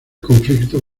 conflicto